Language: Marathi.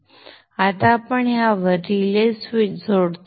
आता आपण ह्यावर रिले स्विच जोडतो